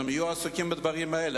הם יהיו עסוקים בדברים האלה,